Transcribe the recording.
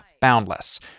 Boundless